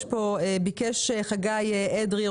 חגי אדרי,